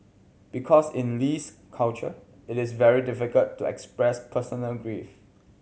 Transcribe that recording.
because in Lee's culture it is very difficult to express personal grief